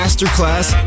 Masterclass